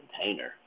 container